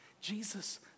Jesus